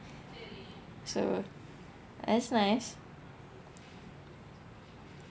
so that's nice